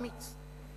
אמיץ.